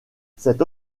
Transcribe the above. cette